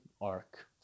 arc